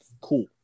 cool